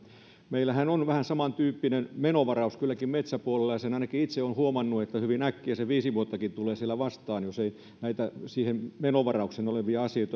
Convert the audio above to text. meillähän on vähän samantyyppinen menovaraus kylläkin metsäpuolella ja sen ainakin itse olen huomannut että hyvin äkkiä se viisi vuottakin tulee siellä vastaan jos ei siihen menovaraukseen olevia asioita